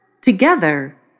Together